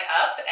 up